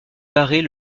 barret